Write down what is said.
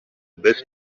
best